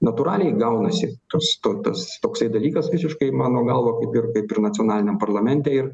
natūraliai gaunasi tas toksai dalykas visiškai mano galva kaip ir kaip ir nacionaliniam parlamente ir